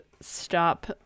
stop